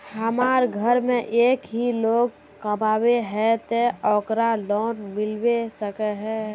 हमरा घर में एक ही लोग कमाबै है ते ओकरा लोन मिलबे सके है?